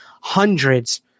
Hundreds